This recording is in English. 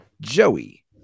Joey